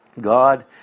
God